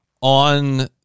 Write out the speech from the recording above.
on